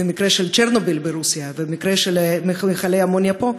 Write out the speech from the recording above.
המקרה של צ'רנוביל ברוסיה והמקרה של מכלי האמוניה פה,